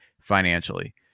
financially